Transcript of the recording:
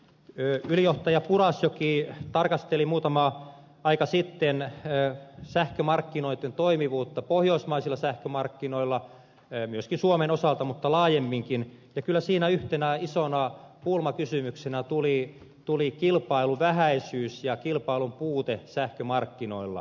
entinen ylijohtaja purasjoki tarkasteli muutama aika sitten sähkömarkkinoitten toimivuutta pohjoismaisilla sähkömarkkinoilla niin suomen osalta kuin laajemminkin ja kyllä siinä yhtenä isona pulmakysymyksenä tuli kilpailun vähäisyys ja kilpailun puute sähkömarkkinoilla